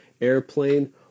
airplane